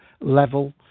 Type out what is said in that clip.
level